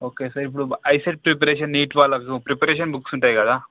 okay sir ఇప్పుడు ICET preparation NEET వాళ్ళ preparation books ఉంటాయి కదా